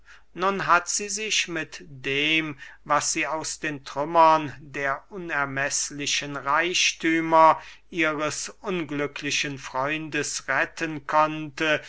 nun hat sie sich mit dem was sie aus den trümmern der unermeßlichen reichthümer ihres unglücklichen freundes retten konnte